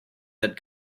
that